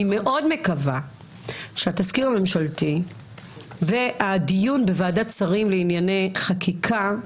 אני מאוד מקווה שבתזכיר הממשלתי ובדיון בוועדת שרים לענייני חקיקה,